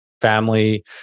family